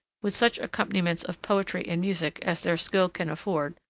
with such accompaniments of poetry and music as their skill can afford,